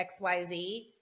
XYZ